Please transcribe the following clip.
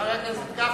חבר הכנסת גפני,